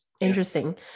interesting